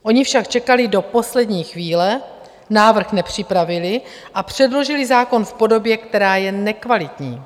Oni však čekali do poslední chvíle, návrh nepřipravili a předložili zákon v podobě, která je nekvalitní.